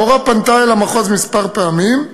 המורה פנתה אל המחוז כמה פעמים,